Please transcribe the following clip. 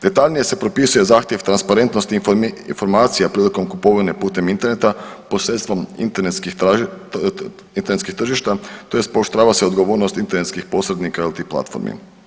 Detaljnije se propisuje zahtjev transparentnosti informacija prilikom kupovine putem interneta posredstvom internetskih tržišta, tj. pooštrava se odgovornost internetskih posrednika iliti platformi.